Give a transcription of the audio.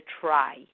try